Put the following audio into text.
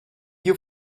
you